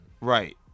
Right